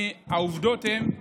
העובדות הן,